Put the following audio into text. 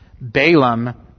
Balaam